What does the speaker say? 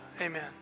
Amen